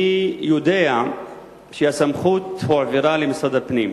אני יודע שהסמכות הועברה למשרד הפנים.